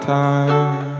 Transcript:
time